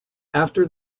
after